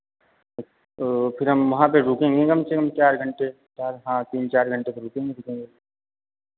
तो फिर हम वहाँ पे रुकेंगे कम से कम चार घंटे पाँच हाँ तीन चार घंटे तो रुकेंगे ही रुकेंगे